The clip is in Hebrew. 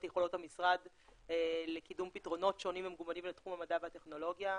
יכולות המשרד לקידום פתרונות שונים ומגוונים לתחום המדע והטכנולוגיה.